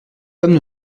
hommes